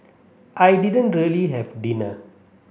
I didn't really have dinner